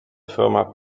firma